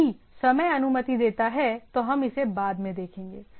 यदि समय अनुमति देता है तो हम इसे बाद में देखेंगे